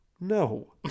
No